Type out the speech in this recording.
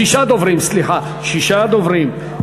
שישה דוברים, סליחה, שישה דוברים.